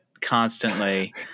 constantly